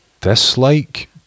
dislike